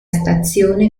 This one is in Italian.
stazione